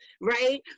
right